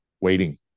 waiting